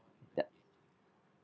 yup